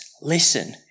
listen